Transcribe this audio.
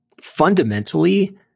fundamentally